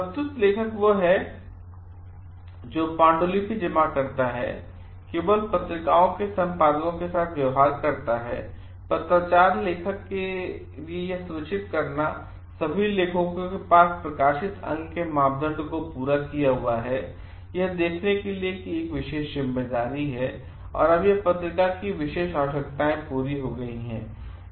प्रस्तुत लेखक वह है जो पांडुलिपि जमा करता है केवल पत्रिकाओं के संपादकों के साथ व्यवहार करता है पत्राचार लेखक के यह सुनिश्चित करना सभी लेखकों के पास प्रकाशित अंक के मानदंड को पूरा किया है यह देखने के लिए एक विशेष जिम्मेदारी है और यह कि पत्रिका की विशेष आवश्यकताएं पूरी हुई हैं